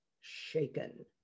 shaken